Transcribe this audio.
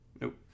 Nope